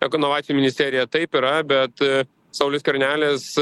ekononovacijų ministeriją taip yra bet saulius skvernelis